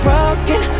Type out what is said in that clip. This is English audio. Broken